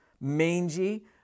mangy